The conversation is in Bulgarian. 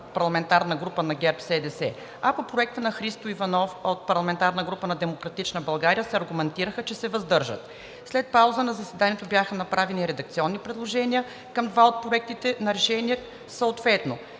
парламентарната група на ГЕРБ-СДС, а по Проекта на Христо Иванов от парламентарната група на „Демократична България“ се аргументираха, че ще се въздържат. След пауза на заседанието бяха направени редакционни предложения към два от проектите на решения, съответно: